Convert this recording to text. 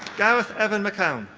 gareth evan mckeown.